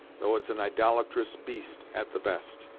though it's an idolatrous beast at the best.